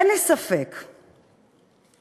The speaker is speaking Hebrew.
אין לי ספק שאתה,